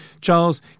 Charles